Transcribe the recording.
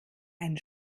einen